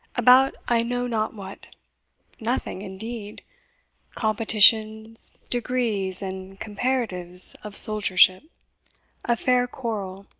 about i know not what nothing, indeed competitions, degrees, and comparatives of soldiership a faire qurrell.